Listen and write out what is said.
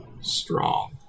strong